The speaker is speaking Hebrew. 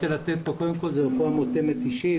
קודם כל, כאן זאת רפואה מותאמת אישית.